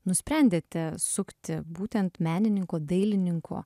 nusprendėte sukti būtent menininko dailininko